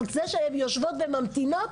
אבל זה שהן יושבות וממתינות,